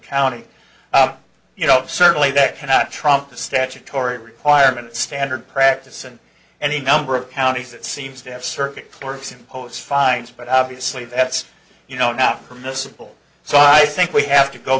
county you know certainly that cannot trump the statutory requirement standard practice in any number of counties it seems to have circuit courts impose fines but obviously that's you know not permissible so i think we have to go